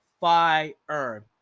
fire